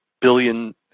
billion